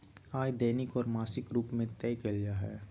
आय दैनिक और मासिक रूप में तय कइल जा हइ